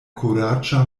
kuraĝa